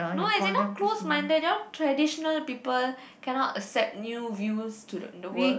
no I did not close minded you all traditional people cannot accept new views to the the world